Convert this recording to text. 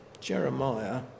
Jeremiah